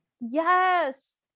Yes